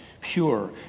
pure